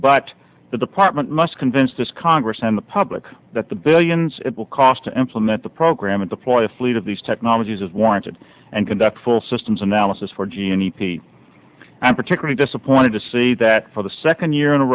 but the department must convince this congress and the public that the billions it will cost to implement the program is a ploy a fleet of these technologies is warranted and conduct full systems analysis for g n e p i am particularly disappointed to see that for the second year in a